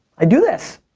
i do this,